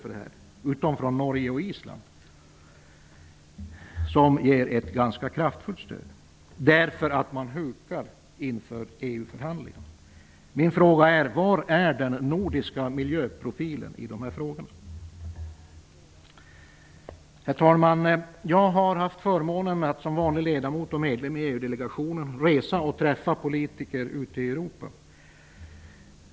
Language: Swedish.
Undantag gäller dock för Norge och Island, som ger ett ganska kraftfull stöd därför att man hukar inför EU-förhandlingarna. Min fråga är: Vilken är den nordiska miljöprofilen i dessa frågor? Herr talman! Jag har haft förmånen att både som vanlig ledamot och medlem i EU-delegationen få resa och träffa andra politiker ute i Europa.